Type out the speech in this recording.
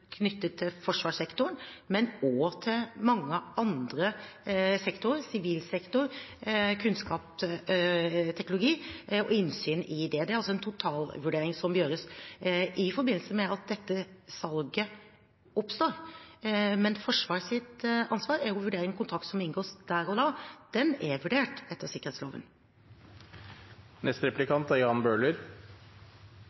knyttet til forsvarssektoren, men også knyttet til mange andre sektorer – sivil sektor, kunnskap, teknologi – og innsyn i det. Det er altså en totalvurdering som gjøres i forbindelse med at dette salget oppstår. Men Forsvarets ansvar er å vurdere en kontrakt som inngås der og da, og den er vurdert etter sikkerhetsloven.